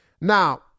Now